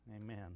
Amen